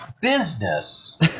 business